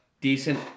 Decent